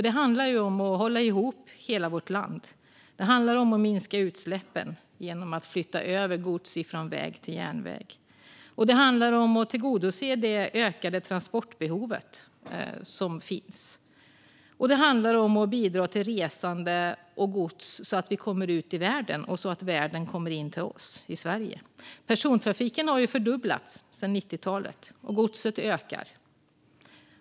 Det handlar ju om att hålla ihop hela vårt land. Det handlar om att minska utsläppen genom att flytta över gods från väg till järnväg. Det handlar om att tillgodose det ökade transportbehovet, och det handlar om att bidra till resande och godstransporter så att vi kommer ut i världen och världen kommer till oss i Sverige. Persontrafiken har fördubblats sedan 90-talet, och godstrafiken ökar.